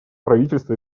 правительство